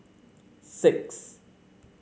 six